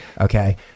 Okay